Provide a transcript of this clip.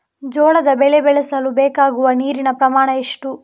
ಜೋಳದ ಬೆಳೆ ಬೆಳೆಸಲು ಬೇಕಾಗುವ ನೀರಿನ ಪ್ರಮಾಣ ಎಷ್ಟು?